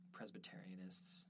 Presbyterianists